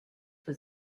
was